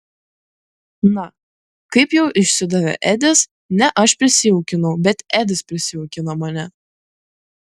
na kaip jau išsidavė edis ne aš prisijaukinau bet edis prisijaukino mane